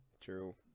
True